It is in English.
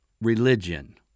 religion